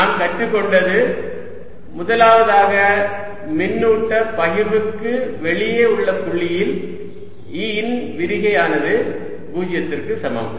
நாம் கற்றுக்கொண்டது முதலாவதாக மின்னூட்ட பகிர்வுக்கு வெளியே உள்ள புள்ளிகளில் E இன் விரிகை ஆனது பூஜ்ஜியத்திற்கு சமம்